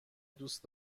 دوست